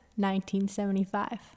1975